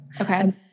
okay